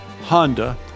Honda